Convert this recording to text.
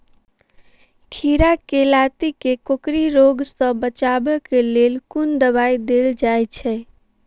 खीरा केँ लाती केँ कोकरी रोग सऽ बचाब केँ लेल केँ दवाई देल जाय छैय?